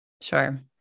Sure